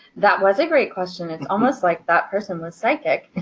that was a great question. it's almost like that person was psychic.